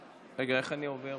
לרשותך.